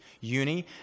uni